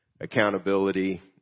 accountability